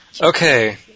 Okay